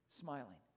smiling